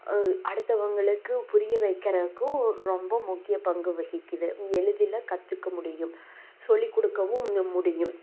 அடுத்தவங்களுக்கு புரிய வைக்கிறதுக்கும் ரொம்ப முக்கிய பங்கு வகிக்கிது எளிதில் கற்றுக்க முடியும் சொல்லிக்கொடுக்கவும் முடியும்